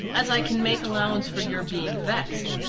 as i can make allowance for your being vexed,